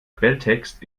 quelltext